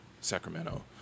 Sacramento